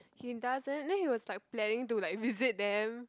he does then then he was like planning to like visit them